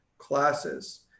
Classes